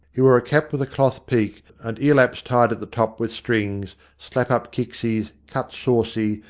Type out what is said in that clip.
he wore a cap with a cloth peak and ear-laps tied at the top with strings, slap-up kicksies, cut saucy,